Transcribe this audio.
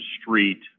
street